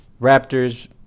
Raptors